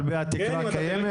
על פי העטיפה קיימת?